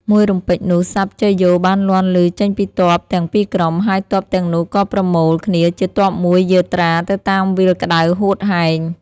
មួយរំពេចនោះស័ព្ទជយោបានលាន់ឮចេញពីទ័ពទាំងពីរក្រុម ហើយទ័ពទាំងនោះក៏ប្រមូល គា្នជាទ័ពមួយយាត្រាទៅតាមវាលក្ដៅហួតហែង។